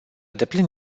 deplin